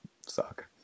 suck